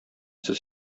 сез